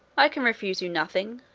i can refuse you nothing,